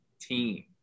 team